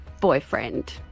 boyfriend